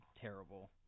terrible